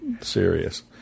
serious